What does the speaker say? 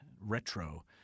retro